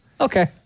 Okay